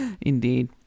Indeed